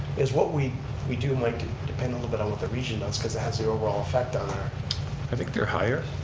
is what we we do might depend a little bit on what the region does because it has the overall effect on our i think they're higher.